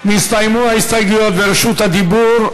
נסתיימו ההסתייגויות ורשות הדיבור.